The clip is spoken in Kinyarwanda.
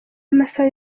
amasaha